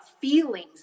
feelings